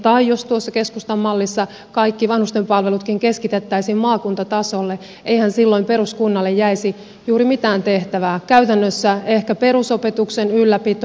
tai jos tuossa keskustan mallissa kaikki vanhustenkin palvelut keskitettäisiin maakuntatasolle niin eihän silloin peruskunnalle jäisi juuri mitään tehtävää käytännössä ehkä perusopetuksen ylläpito